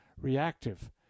reactive